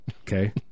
Okay